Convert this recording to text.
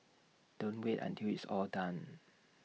don't wait until it's all done